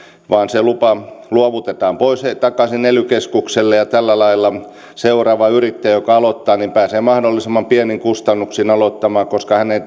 vaan se lupa luovutetaan pois takaisin ely keskukselle ja tällä lailla seuraava yrittäjä joka aloittaa pääsee mahdollisimman pienin kustannuksin aloittamaan koska hänen ei